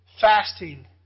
fasting